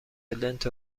لنت